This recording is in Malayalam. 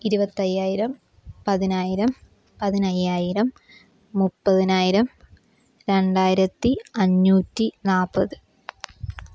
ഇരുപത്തയ്യായിരം പതിനായിരം പതിനയ്യായിരം മുപ്പതിനായിരം രണ്ടായിരത്തി അഞ്ഞൂറ്റി നാൽപ്പത്